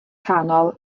canol